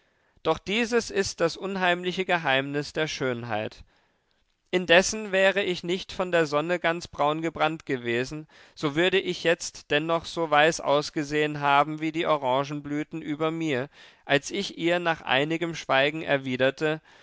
doch dieses ist das unheimliche geheimnis der schönheit indessen wäre ich nicht von der sonne ganz braungebrannt gewesen so würde ich jetzt dennoch so weiß ausgesehen haben wie die orangenblüten über mir als ich ihr nach einigem schweigen erwiderte